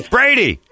Brady